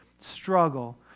struggle